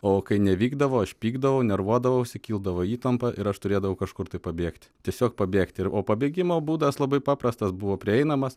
o kai nevykdavo aš pykdavau nervuodavosi kildavo įtampa ir aš turėdavau kažkur tai pabėgti tiesiog pabėgti o pabėgimo būdas labai paprastas buvo prieinamas